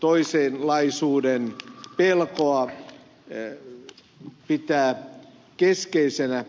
toisenlaisuuden pelkoa pitää keskeisenä